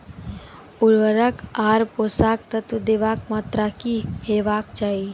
उर्वरक आर पोसक तत्व देवाक मात्राकी हेवाक चाही?